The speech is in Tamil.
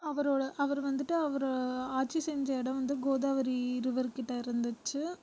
அவரோட அவர் வந்துட்டு அவர் ஆட்சி செஞ்ச இடம் வந்து கோதாவரி ரிவர் கிட்டே இருந்துச்சு